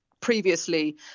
previously